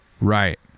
right